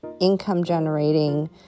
income-generating